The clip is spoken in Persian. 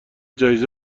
جایزه